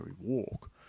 walk